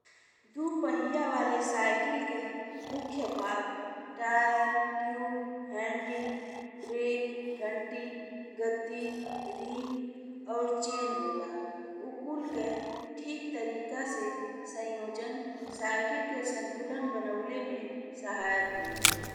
दू पहिया वाले साइकिल के मुख्य भाग टायर, ट्यूब, हैंडल, ब्रेक, घंटी, गद्दी, रिम और चेन होला। ऊ कुल के ठीक तरीका से संयोजन साइकिल के संतुलन बनावे में सहायक होला।